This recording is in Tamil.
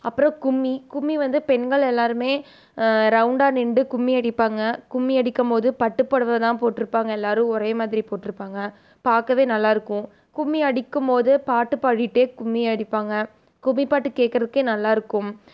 அப்புறம் கும்மி கும்மி வந்து பெண்கள் எல்லோருமே ரௌண்டாக நின்று கும்மி அடிப்பாங்க கும்மி அடிக்கும் போது பட்டுபுடவை தான் போட்டுருப்பாங்க எல்லோரு ஒரே மாதிரி போட்டுருப்பாங்க பார்க்கவே நல்லா இருக்குது கும்மி அடிக்கும் போது பாட்டு பாடிகிட்டே கும்மி அடிப்பாங்க கும்மி பாட்டு கேட்குறதுக்கே நல்லா இருக்கும்